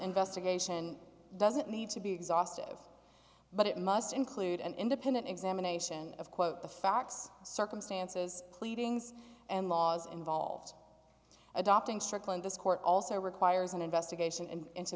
investigation doesn't need to be exhaustive but it must include an independent examination of quote the facts circumstances pleadings and laws involved adopting strickland this court also requires an investigation